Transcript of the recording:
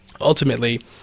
ultimately